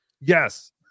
Yes